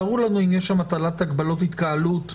תראו לנו אם יש שם הטלת הגבלות על התקהלות כלליות,